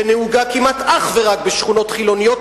שנהוגה כמעט אך ורק בשכונות חילוניות,